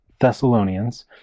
Thessalonians